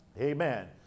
Amen